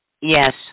Yes